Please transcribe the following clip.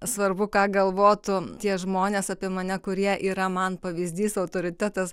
svarbu ką galvotų tie žmonės apie mane kurie yra man pavyzdys autoritetas